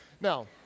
Now